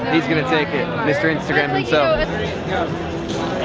he's gonna take it, mister instagram like so yeah